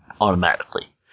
automatically